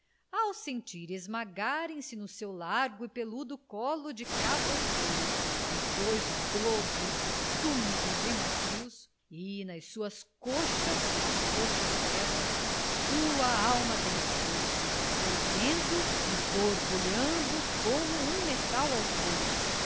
ao sentir esmagarem se no seu largo e pelado colo de cavouqueiro os dois globos túmidos e macios e nas suas coxas as coxas dela sua alma derreteu se fervendo e borbulhando como um metal ao fogo